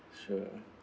sure